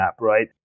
right